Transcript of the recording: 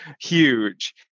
huge